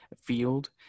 field